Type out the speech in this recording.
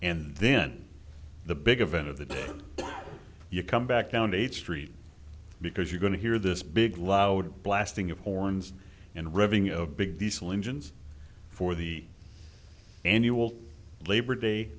and then the big of end of the day you come back down eighth street because you're going to hear this big loud blasting of horns and revving of big diesel engines for the annual labor day